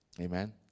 Amen